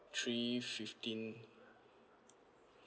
three fifteen